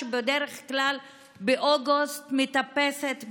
שבדרך כלל באוגוסט מטפסת,